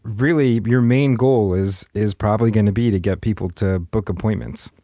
really, your main goal is is probably going to be to get people to book appointments.